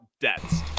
debts